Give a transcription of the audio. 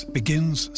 begins